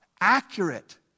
accurate